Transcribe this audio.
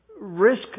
risk